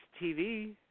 TV